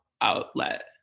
outlet